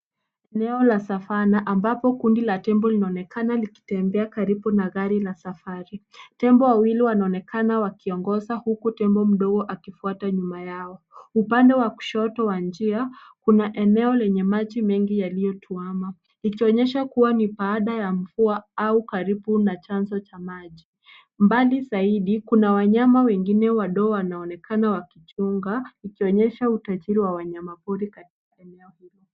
Eneo la savana ambapo kundi la tembo linaonekana likitembea karibu na gari la safari. Tembo wawili wanaonekana wakiongoza huku tembo mdogo akifuata nyuma yao. Upande wa kushoto wa njia, kuna eneo lenye maji mengi yaliyotuama. Ikionyesha kuwa ni baada ya mvua au karibu na chanzo cha maji. Mbali zaidi kuna wanyama wengine wadogo wanaonekana wakichunga, ikionyesha utajiri wa wanyama pori katika eneo hili.